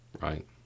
right